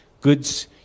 goods